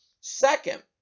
Second